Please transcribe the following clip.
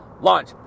launch